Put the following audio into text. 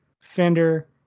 fender